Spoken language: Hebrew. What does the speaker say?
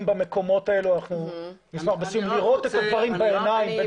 במקומות האלה כדי לראות את הדברים בעיניים.